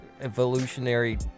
evolutionary